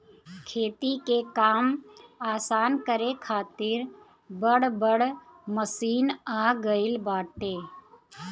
खेती के काम आसान करे खातिर बड़ बड़ मशीन आ गईल बाटे